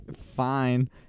fine